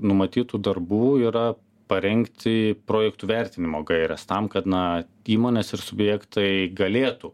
numatytų darbų yra parengti projektų vertinimo gaires tam kad na įmonės ir subjektai galėtų